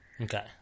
Okay